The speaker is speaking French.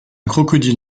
crocodile